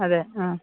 അതെ ആ